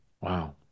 wow